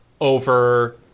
over